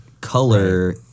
color